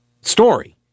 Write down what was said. story